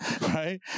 right